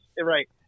Right